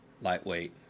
lightweight